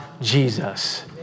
Jesus